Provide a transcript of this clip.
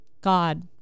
God